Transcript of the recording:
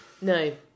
no